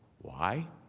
why?